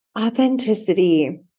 Authenticity